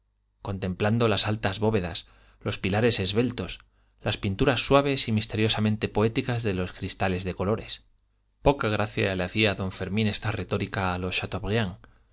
contemplando las altas bóvedas los pilares esbeltos las pinturas suaves y misteriosamente poéticas de los cristales de colores poca gracia le hacía a don fermín esta retórica a lo